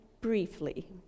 briefly